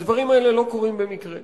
הדברים האלה לא קורים במקרה.